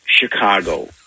Chicago